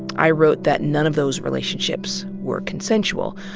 i wrote that none of those relationships were consensual,